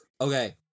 okay